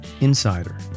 insider